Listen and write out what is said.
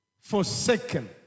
forsaken